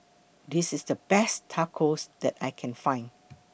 This IS The Best Tacos that I Can Find